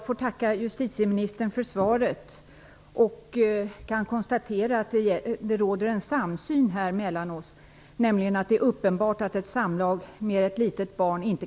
Fru talman!